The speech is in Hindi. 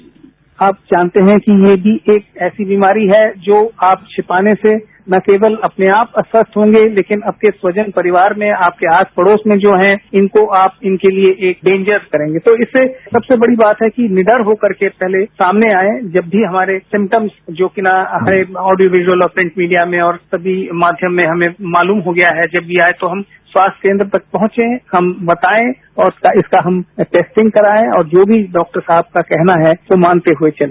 साउंड बाईट आप जानते है कि ये भी एक ऐसी बीमारी है जो आप छिपाने से न केवल अपने आप अस्वस्थ होंगे लेकिन आपके स्वजन परिवार में आपके आस पड़ोस में जो है इनको आप इनके लिए एक डेन्जर्स करेंगे तो इससे सबसे बड़ी बात है कि निडर होकर के सामने आए जब भी हमारे सिमटम्स जो कि ऑडियो विज़ुअल प्रिंट मीडिया में और सभी माध्यम में हमें मालूम हो गया है कि जब ये आये तो हम स्वास्थ्य केन्द्र तक पहुंचे हम बताए और इसका हम टैस्टिंग कराएं और जो भी डॉक्टर साहब का कहना है वो मानते हुए चले